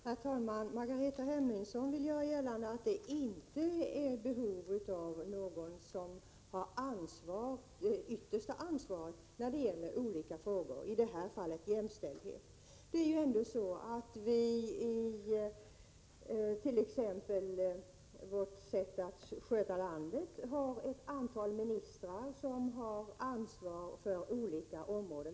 Herr talman! Margareta Hemmingsson vill göra gällande att det inte finns behov av någon som har det yttersta ansvaret när det gäller olika frågor, i det här fallet jämställdhet. Men det är ju ändå så att vi t.ex. i vårt sätt att sköta landet har ett antal ministrar som har ansvar för olika områden.